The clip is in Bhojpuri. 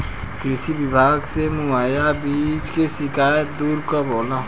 कृषि विभाग से मुहैया बीज के शिकायत दुर कब होला?